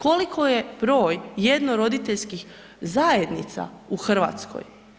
Koliko je broj jednoroditeljskih zajednica u Hrvatskoj?